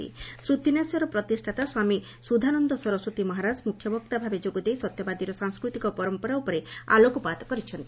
'ଶ୍ରତିନ୍ୟାସ'ର ପ୍ରତିଷ୍ଷାତା ସ୍ୱାମୀ ସୁଧାନନ୍ଦ ସରସ୍ୱତୀ ମହାରାକ ମୁଖ୍ୟବକ୍ତା ଭାବେ ଯୋଗଦେଇ ସତ୍ୟବାଦୀର ସାଂସ୍କୃତିକ ପରମ୍ପରା ଉପରେ ଆଲୋକପାତ କରିଛନ୍ତି